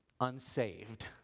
unsaved